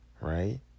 right